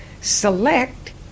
select